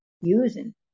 using